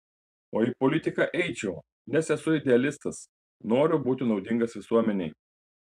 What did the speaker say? o į politiką eičiau nes esu idealistas noriu būti naudingas visuomenei